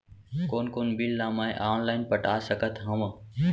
कोन कोन बिल ला मैं ऑनलाइन पटा सकत हव?